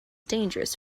dangerous